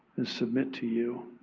and submit to you.